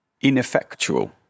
ineffectual